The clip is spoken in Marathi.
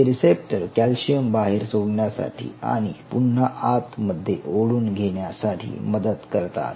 हे रिसप्टर कॅल्शियम बाहेर सोडण्यासाठी आणि पुन्हा आत मध्ये ओढून घेण्यासाठी मदत करतात